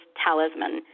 talisman